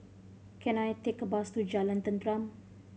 can I take a bus to Jalan Tenteram